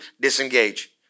Disengage